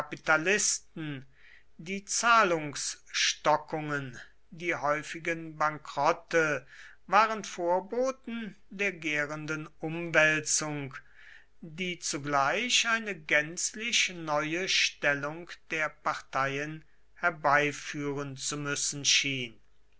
kapitalisten die zahlungsstockungen die häufigen bankrotte waren vorboten der gärenden umwälzung die zugleich eine gänzlich neue stellung der parteien herbeiführen zu müssen schien